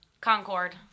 concord